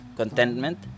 contentment